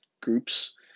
groups